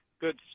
good